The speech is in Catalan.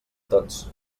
tots